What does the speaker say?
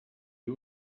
you